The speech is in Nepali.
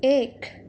एक